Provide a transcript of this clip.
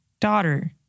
daughter